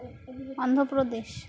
Andhra Pradesh